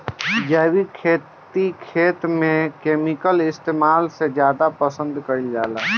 जैविक खेती खेत में केमिकल इस्तेमाल से ज्यादा पसंद कईल जाला